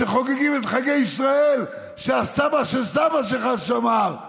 שחוגגים את חגי ישראל שסבא של סבא שלך שמר,